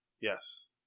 Yes